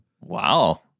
Wow